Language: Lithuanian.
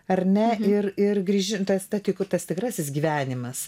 ar ne ir ir grįži tas ta tas tikrasis gyvenimas